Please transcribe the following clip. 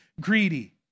greedy